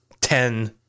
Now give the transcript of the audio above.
ten